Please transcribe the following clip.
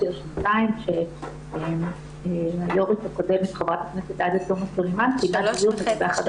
או שנתיים שהיו"רית הקודמת ח"כ עאידה תומא סלימאן -- -החדרים